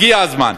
הגיע הזמן.